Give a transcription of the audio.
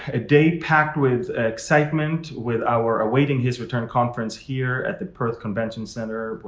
a day packed with excitement with our awaiting his return conference here at the perth convention center. but